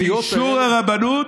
באישור הרבנות,